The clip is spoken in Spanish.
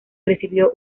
recibió